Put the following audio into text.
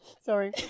Sorry